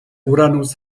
uranus